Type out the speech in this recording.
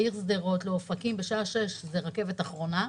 לעיר שדרות, לאופקים, בשעה 18:00 זו הרכבת אחרונה.